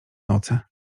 noce